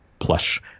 Plush